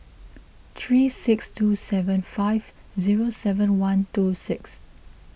three six two seven five zero seven one two six